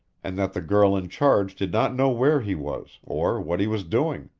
and that the girl in charge did not know where he was, or what he was doing,